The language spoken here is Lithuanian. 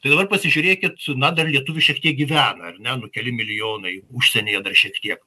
tai dabar pasižiūrėkit na dar lietuvių šiek tiek gyvena ar ne nu keli milijonai užsienyje dar šiek tiek